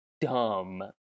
dumb